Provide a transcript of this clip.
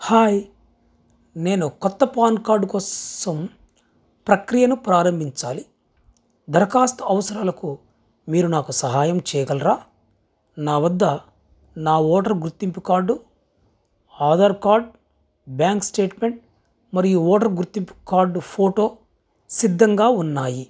hi నేను కొత్త PAN card కోసం ప్రక్రియను ప్రారంభించాలి దరఖాస్తు అవసరాలకు మీరు నాకు సహాయం చేయగలరా నా వద్ద నా ఓటరు గుర్తింపు card Aadhaar card bank statement మరియు ఓటరు గుర్తింపు కార్డు ఫోటో సిద్ధంగా ఉన్నాయి